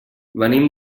venim